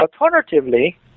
Alternatively